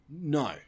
No